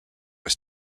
was